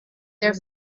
der